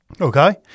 Okay